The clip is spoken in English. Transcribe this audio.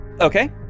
Okay